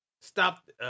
stop